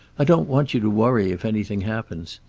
i don't want you to worry if anything happens.